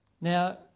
Now